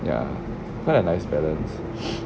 ya quite a nice balance